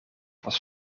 was